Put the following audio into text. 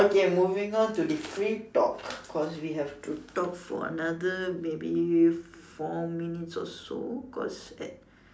okay moving on to the free talk cause we have to talk for another maybe four minutes or so because